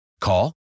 Call